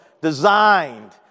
designed